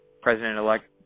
President-elect